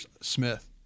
Smith